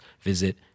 visit